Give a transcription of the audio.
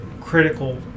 critical